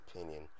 opinion